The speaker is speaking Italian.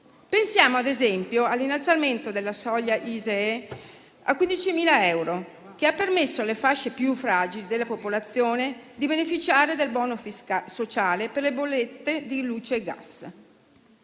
Pensiamo ad esempio all'innalzamento della soglia ISEE a 15.000 euro, che ha permesso alle fasce più fragili della popolazione di beneficiare del *bonus* sociale per le bollette di luce e gas.